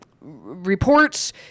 reports